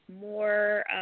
more